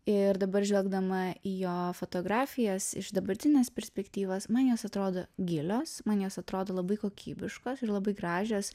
ir dabar žvelgdama į jo fotografijas iš dabartinės perspektyvos man jos atrodo gilios man jos atrodo labai kokybiškos ir labai gražios